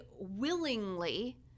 willingly